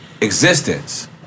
existence